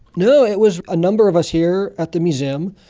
no, it was a number of us here at the museum.